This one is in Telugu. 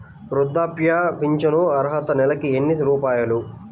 వృద్ధాప్య ఫింఛను అర్హత నెలకి ఎన్ని రూపాయలు?